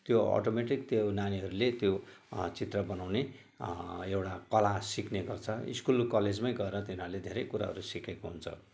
त्यो एटोमेटिक त्यो ऊ नानीहरूले त्यो चित्र बनाउने एउटा कला सिक्ने गर्छ स्कुल कलेजमै गएर तिनीहरूले धेरै कुराहरू सिकेको हुन्छ